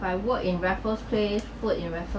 I work in raffles place food in raffles